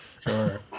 Sure